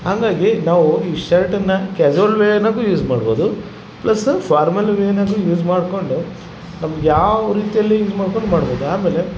ಹಂಗಾಗಿ ನಾವು ಈ ಶರ್ಟ್ನ್ನ ಕ್ಯಾಸ್ವಲ್ ವೇನಾಗು ಯೂಸ್ ಮಾಡ್ಬೋದು ಪ್ಲಸ್ ಫಾರ್ಮಲ್ ವೇನಾಗು ಯೂಸ್ ಮಾಡಿಕೊಂಡು ನಮ್ಗೆ ಯಾವ ರೀತಿಯಲ್ಲಿ ಯೂಸ್ ಮಾಡ್ಕೊಂಡು ಮಾಡ್ಬೋದು ಆಮೇಲೆ